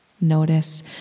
Notice